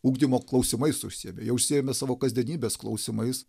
ugdymo klausimais užsiėmę jie užsiėmę savo kasdienybės klausimais